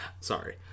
Sorry